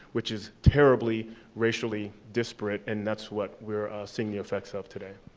which is terribly racially disparate, and that's what we're seeing the effects of today.